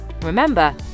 Remember